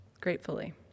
gratefully